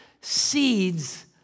seeds